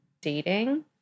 dating